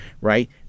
right